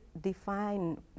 define